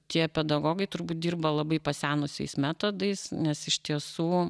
tie pedagogai turbūt dirba labai pasenusiais metodais nes iš tiesų